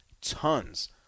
tons